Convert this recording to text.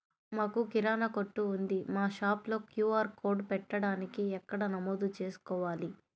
మాకు కిరాణా కొట్టు ఉంది మా షాప్లో క్యూ.ఆర్ కోడ్ పెట్టడానికి ఎక్కడ నమోదు చేసుకోవాలీ?